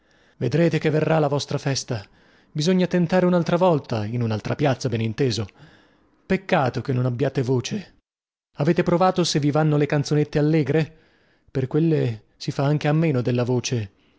vedrete che verrà la vostra festa bisogna tentare unaltra volta in unaltra piazza ben inteso peccato che non abbiate voce avete provato se vi vanno le canzonette allegre per quelle si fa anche a meno della voce